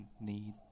need